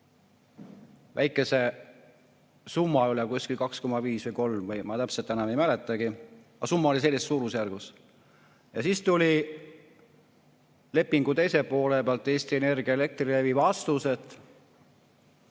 Väikese summa üle, kuskil 2,5 või 3, ma täpselt enam ei mäletagi. Summa oli selles suurusjärgus. Ja siis tuli lepingu teise poole pealt Eesti Energia, Elektrilevi vastus, et